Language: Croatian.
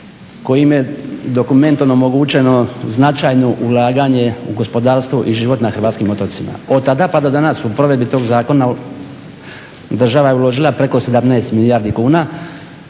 kojim je dokumentom omogućeno značajno ulaganje u gospodarstvo i život na hrvatskim otocima. Od tada pa do danas u provedbi tog zakona država je uložila preko 17 milijardi kuna